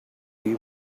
you